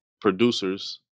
producers